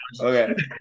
Okay